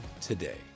today